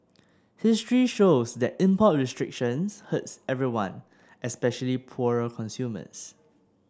history shows that import restrictions hurts everyone especially poorer consumers